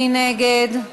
מי נגד?